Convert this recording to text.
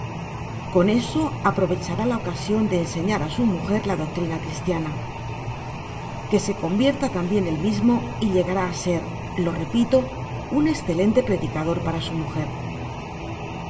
con eso aprovechará la ocasion de ensenar á su mujer la doctrina cristiana que se convierta tambien él mismo y llegará á ser lo repito un escelente predicador para su mujer